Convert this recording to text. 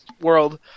world